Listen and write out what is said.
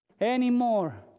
anymore